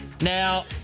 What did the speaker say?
Now